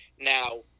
Now